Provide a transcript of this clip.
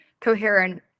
coherent